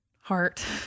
heart